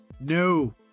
no